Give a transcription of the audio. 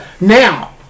Now